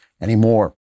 anymore